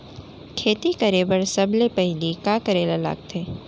खेती करे बर सबले पहिली का करे ला लगथे?